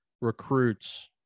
recruits